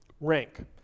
rank